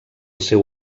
seu